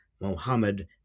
Mohammed